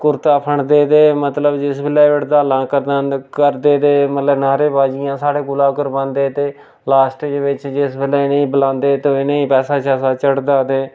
कुर्ता फंडदे ते मतलब जिस बेल्लै हड़तालां करना करदे ते मतलब नारेबाजियां साढ़े कोला करवांदे ते लास्ट दे बिच्च जिस बेल्लै इ'नें गी बलांदे ते इ'नें गी पैसा शैसा चढ़दा ते